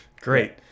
Great